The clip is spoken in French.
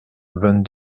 vingt